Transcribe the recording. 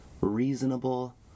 reasonable